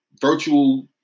virtual